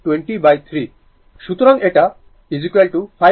সুতরাং এটা 53 সেকেন্ড